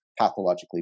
pathologically